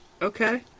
Okay